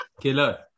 killer